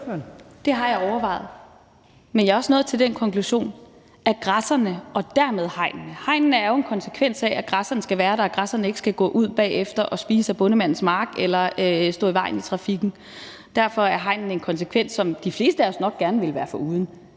Det har jeg overvejet. Men jeg er også nået til den konklusion, at græsserne og dermed hegnene er nødvendige. Hegnene er jo en konsekvens af, at græsserne skal være der og ikke skal gå ud og spise af bondemandens mark eller stå i vejen i trafikken. Derfor er hegnene en konsekvens, som de fleste af os nok gerne ville have været foruden.